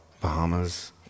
Bahamas